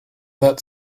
that